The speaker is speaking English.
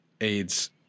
AIDS